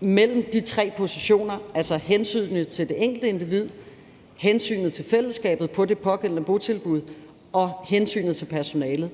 mellem de tre positioner, altså hensynet til det enkelte individ, hensynet til fællesskabet på det pågældende botilbud og hensynet til personalet.